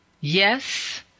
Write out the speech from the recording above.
yes